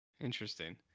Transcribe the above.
interesting